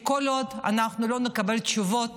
כי כל עוד אנחנו לא נקבל תשובות